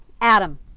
Adam